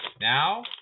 Now